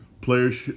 Players